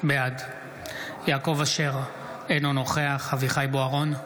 בעד יעקב אשר, אינו נוכח אביחי אברהם בוארון,